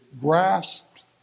grasped